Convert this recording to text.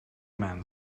man